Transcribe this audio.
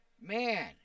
Man